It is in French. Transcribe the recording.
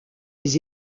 des